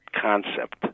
concept